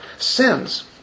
Sins